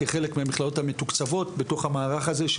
כחלק מהמכללות המתוקצבות בתוך המערך הזה.